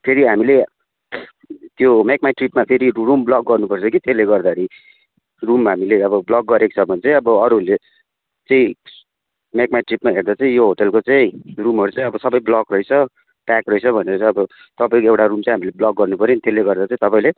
फेरि हामीले त्यो मेक माई ट्रिपमा फेरि रुम ब्लक गर्नुपर्छ कि त्यसले गर्दाखेरि रुम हामीले अब ब्लक गरेको छ भने चाहिँ अब अरूहरूले त्यही मेक माई ट्रिकमा हेर्दा चाहिँ यो होटलको चाहिँ रुमहरू चाहिँ अब सबै ब्लक रहेछ प्याक रहेछ भनेर अब तपाईँको एउटा रुम चाहिँ हामीले ब्लक गर्नु पऱ्यो नि त्यसले गर्दा चाहिँ तपाईँले